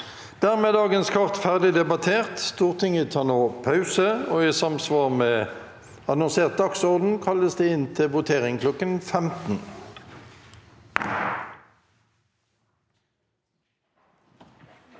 er dagens kart ferdig debattert. Stortinget tar nå pause, og i samsvar med den annonserte dagsordenen kalles det inn til votering kl. 15.